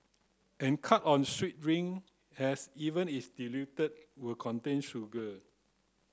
and cut on sweet drink as even if diluted will contain sugar